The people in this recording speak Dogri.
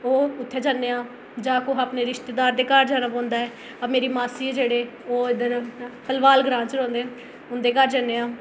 ओह् उत्थै जन्ने आं जां कुसै अपने रिश्तेदार दे घर जाना पौंदा ऐ मेरी मासी जेह्ड़े ओह् इद्धर भलवाल ग्रांऽ च रौंह्दे न उं'दे घर जन्ने आं